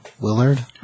Willard